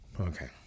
Okay